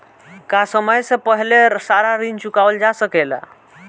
का समय से पहले सारा ऋण चुकावल जा सकेला?